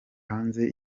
hanze